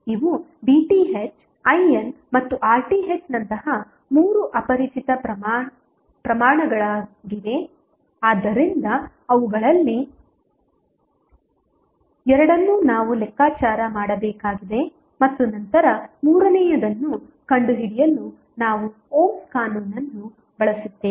ಇವು VThIN ಮತ್ತು RTh ನಂತಹ ಮೂರು ಅಪರಿಚಿತ ಪ್ರಮಾಣಗಳಾಗಿವೆ ಆದ್ದರಿಂದ ಅವುಗಳಲ್ಲಿ ಎರಡನ್ನು ನಾವು ಲೆಕ್ಕಾಚಾರ ಮಾಡಬೇಕಾಗಿದೆ ಮತ್ತು ನಂತರ ಮೂರನೆಯದನ್ನು ಕಂಡುಹಿಡಿಯಲು ನಾವು ಓಮ್ಸ್ ಕಾನೂನನ್ನು ಬಳಸುತ್ತೇವೆ